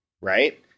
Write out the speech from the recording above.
right